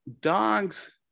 dogs